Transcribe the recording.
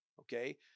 okay